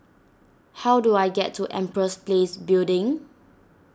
how do I get to Empress Place Building